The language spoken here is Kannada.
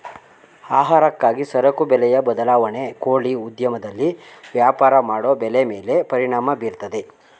ಆಹಾರಕ್ಕಾಗಿ ಸರಕು ಬೆಲೆಯ ಬದಲಾವಣೆ ಕೋಳಿ ಉದ್ಯಮದಲ್ಲಿ ವ್ಯಾಪಾರ ಮಾಡೋ ಬೆಲೆ ಮೇಲೆ ಪರಿಣಾಮ ಬೀರ್ತದೆ